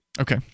Okay